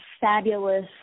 fabulous